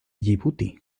yibuti